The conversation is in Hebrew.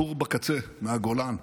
הבחור בקצה, מהגולן: